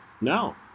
No